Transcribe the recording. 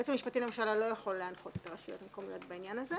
היועץ המשפטי לממשלה לא יכול להנחות את הרשויות המקומיות בעניין הזה.